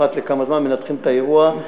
אחת לכמה זמן מנתחים את האירוע,